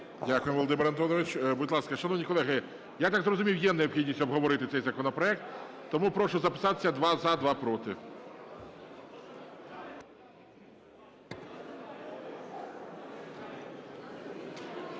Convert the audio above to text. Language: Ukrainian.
Дякуємо, Володимир Антонович. Будь ласка, шановні колеги, я так зрозумів, є необхідність обговорити цей законопроект, тому прошу записатися: два – за, два – проти.